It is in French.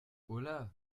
holà